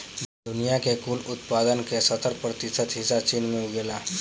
दुनिया के कुल उत्पादन के सत्तर प्रतिशत हिस्सा चीन में उगेला